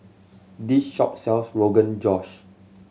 this shop sells Rogan Josh